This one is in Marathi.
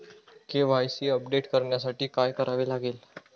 के.वाय.सी अपडेट करण्यासाठी काय करावे लागेल?